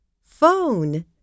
phone